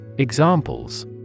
Examples